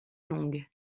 long